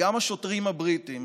וגם השוטרים הבריטים